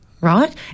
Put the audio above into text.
Right